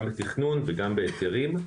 גם בתכנון וגם בהיתרים.